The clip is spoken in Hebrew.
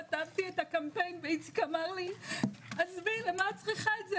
כתבתי את הקמפיין ואיציק אמר לי עזבי למה את צריכה את זה?